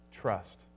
trust